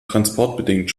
transportbedingt